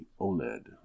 OLED